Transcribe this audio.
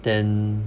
then